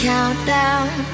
Countdown